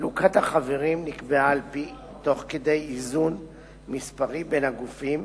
חלוקת החברים נקבעה תוך כדי איזון מספרי בין הגופים,